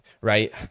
right